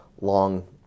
long